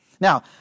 Now